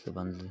ਸਬੰਧ